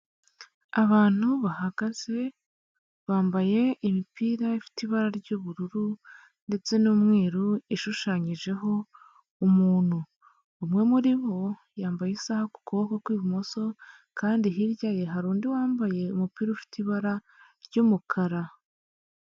Abantu bahagaze bambaye imipira ifite ibara ry'ubururu ndetse n'umweru, ishushanyijeho umuntu. Umwe muri bo yambaye isaha ku kuboko kw'ibumoso, kandi hirya ye hari undi wambaye umupira ufite ibara ry'umukara.